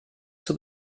zur